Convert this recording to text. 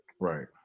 right